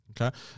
Okay